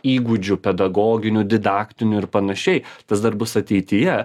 įgūdžių pedagoginių didaktinių ir panašiai tas dar bus ateityje